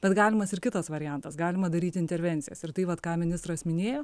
bet galimas ir kitas variantas galima daryti intervencijas ir tai vat ką ministras minėjo